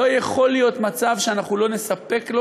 לא יכול להיות מצב שאנחנו לא נספק לו